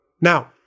Now